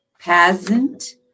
peasant